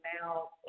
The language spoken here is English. now